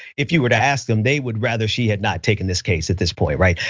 if you were to ask them they would rather she had not taken this case at this point, right?